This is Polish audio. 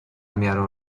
miarę